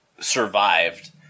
survived